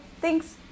thanks